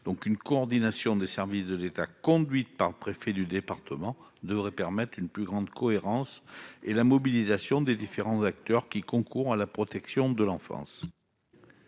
Une coordination des services de l'État, conduite par le préfet de département, devrait permettre une plus grande cohérence et la mobilisation des différents acteurs qui concourent à la protection de l'enfance.